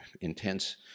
intense